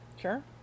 Sure